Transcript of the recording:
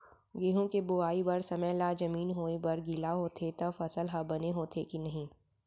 गेहूँ के बोआई बर समय ला जमीन होये बर गिला होथे त फसल ह बने होथे की नही?